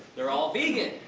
they're all vegan!